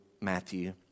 Matthew